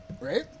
Right